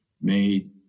made